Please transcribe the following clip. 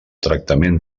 tractament